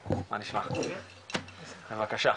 בבקשה.